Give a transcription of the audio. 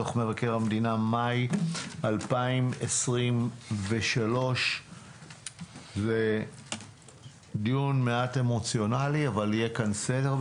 דוח מבקר המדינה מאי 2023. זה דיון מעט אמוציונאלי אבל יהיה כאן סדר.